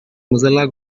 mozilla